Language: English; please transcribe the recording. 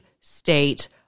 state